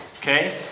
Okay